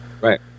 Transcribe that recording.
Right